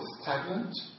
stagnant